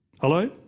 hello